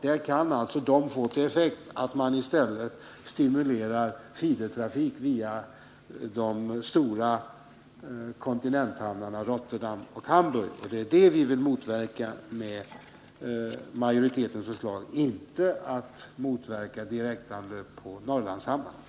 För västkusthamnarnas del kan effekten av vpk:s krav i stället bli att man stimulerar till feedertrafik via de stora kontinenthamnarna Rotterdam och Hamburg.